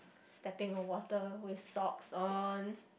stepping on water with socks on